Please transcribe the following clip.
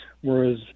Whereas